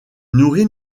nourrit